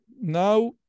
now